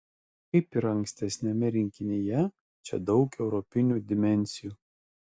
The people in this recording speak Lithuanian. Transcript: kaip ir ankstesniame rinkinyje čia daug europinių dimensijų